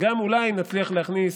ואולי גם נצליח להכניס,